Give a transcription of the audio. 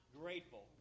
grateful